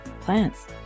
plants